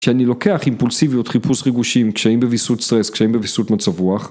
כשאני לוקח אימפולסיביות, חיפוש רגושים, קשיים בוויסות סטרס, קשיים בוויסות מצב רוח.